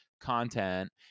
content